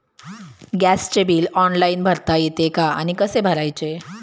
गॅसचे bill online भरता येते का आणि कसे भरायचे?